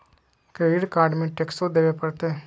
Credit card में टेक्सो देवे परते?